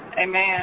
Amen